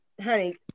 honey